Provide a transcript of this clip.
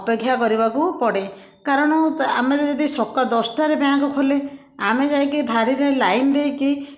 ଅପେକ୍ଷା କରିବାକୁ ପଡ଼େ କାରଣ ତ ଆମେ ଯଦି ସକାଳ ଦଶଟାରେ ବ୍ୟାଙ୍କ ଖୋଲେ ଆମେ ଯାଇକି ଧାଡ଼ିରେ ଲାଇନ୍ ଦେଇକି